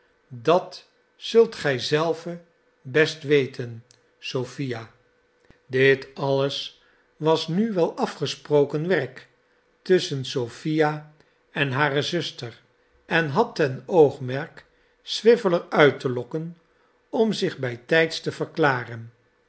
dat zult gij zelve best weten sophia dit alles was nu wel afgesproken werk tusschen sophia en hare zuster en had ten oogmerk swiveller uit te lokken om zich bijtijds te verklaren